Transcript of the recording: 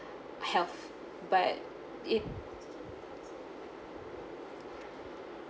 health but if